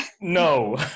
No